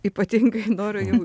ypatingai noriu jau